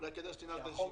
אולי כדאי שתנעל את הישיבה.